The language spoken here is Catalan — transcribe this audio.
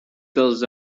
dels